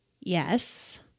Yes